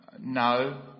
No